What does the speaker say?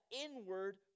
inward